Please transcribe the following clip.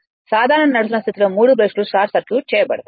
సాధారణ నడుస్తున్న స్థితిలో 3 బ్రష్లు షార్ట్ సర్క్యూట్ చేయబడతాయి